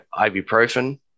Ibuprofen